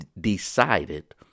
decided